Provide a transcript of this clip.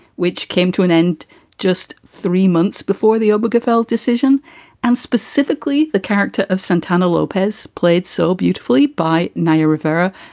which came to an end just three months before the obligor fell decision and specifically the character of santana lopez, played so beautifully by naya rivera,